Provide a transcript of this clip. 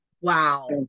Wow